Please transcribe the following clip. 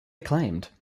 acclaimed